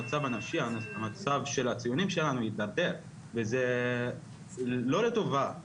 המצב הנפשי והמצב של הציונים שלנו התדרדר וזה לא לטובה.